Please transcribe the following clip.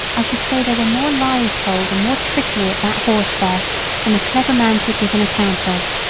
i should say there were more lies told and more trickery at that horse fair than a clever man could give an account of.